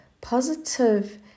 positive